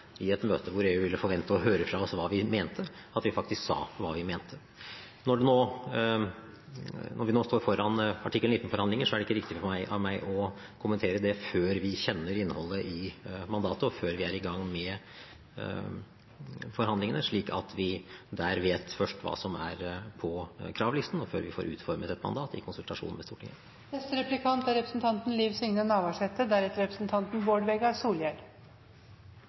i et møte hvor EU ville forvente å høre fra oss hva vi mente, faktisk sa hva vi mente. Når vi nå står foran artikkel 19-forhandlinger, er det ikke riktig av meg å kommentere det før vi kjenner innholdet i mandatet og før vi er i gang med forhandlingene, slik at vi der først vet hva som er på kravlisten, og før vi får utformet et mandat i konsultasjon med Stortinget.